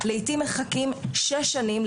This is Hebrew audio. לעתים מחכים 6 שנים,